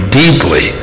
deeply